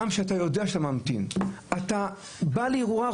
שאתה יודע שאתה ממתין אלא אתה בא לאירוע,